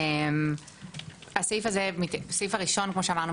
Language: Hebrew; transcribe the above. הסעיף הראשון כמו שאמרנו,